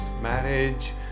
marriage